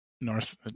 North